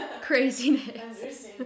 craziness